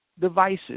devices